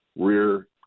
rear